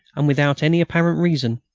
and without any apparent reason,